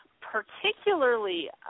particularly